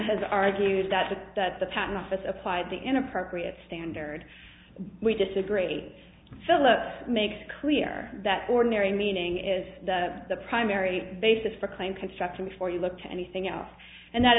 has argued that the that the patent office applied the inappropriate standard we disagree philip makes clear that ordinary meaning is the primary basis for a claim construction before you look to anything else and that